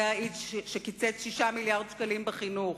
זה האיש שקיצץ 6 מיליארדי שקלים בחינוך,